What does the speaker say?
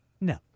No